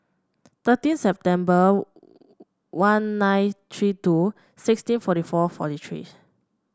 thirteen September one nine three two sixteen forty four forty three